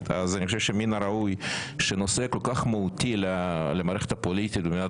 אז אני חושב שמן הראוי שנושא כל כך מהותי למערכת הפוליטית במדינת